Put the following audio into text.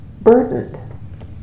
burdened